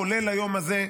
כולל היום הזה.